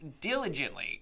diligently